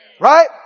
Right